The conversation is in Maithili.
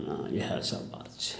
इएहसब बात छै